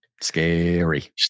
Scary